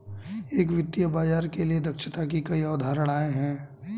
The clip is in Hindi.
एक वित्तीय बाजार के लिए दक्षता की कई अवधारणाएं हैं